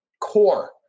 core